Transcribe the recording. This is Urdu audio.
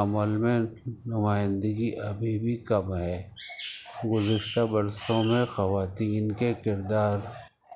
عمل میں نمائندگی ابھی بھی کم ہے گزشتہ برسوں میں خواتین کے کردار